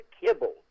kibble